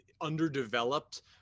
underdeveloped